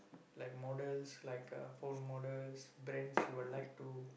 like models like uh phone models brands you will like to